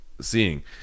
seeing